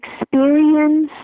experience